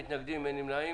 אין מתנגדים, אין נמנעים,